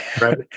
right